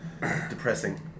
Depressing